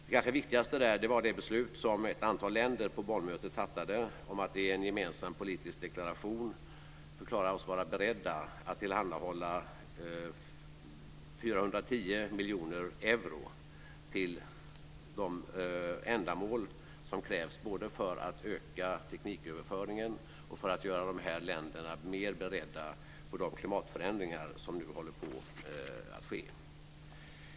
Det kanske viktigaste där var det beslut som ett antal länder på Bonnmötet fattade, nämligen att i en gemensam politisk deklaration förklara oss vara beredda att tillhandahålla 410 miljoner euro till de ändamål som krävs både för att öka tekniköverföringen och för att göra dessa länder mer beredda på de klimatförändringar som sker.